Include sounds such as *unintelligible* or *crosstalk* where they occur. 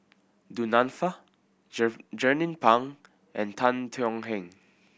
Du Nanfa *unintelligible* Jernnine Pang and Tan Thuan Heng